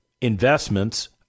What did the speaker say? investments